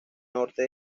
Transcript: norte